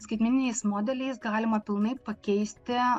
skaitmeniniais modeliais galima pilnai pakeisti